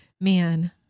man